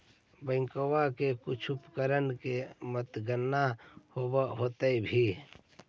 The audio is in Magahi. बैंकबा से कुछ उपकरणमा के मददगार होब होतै भी?